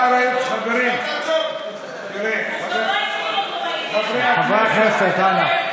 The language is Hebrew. שר ביטחון, אמצע הלילה, בשביל מה?